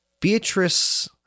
Beatrice